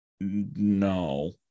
no